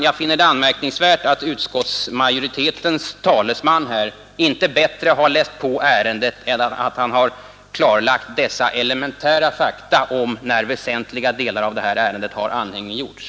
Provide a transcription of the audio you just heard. Jag finner det anmärkningsvärt, herr talman, att utskottsmajoritetens talesman inte bättre har läst på det här ärendet så att han känt till dessa elementära fakta om när väsentliga delar av det har anhängiggjorts.